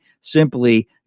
simply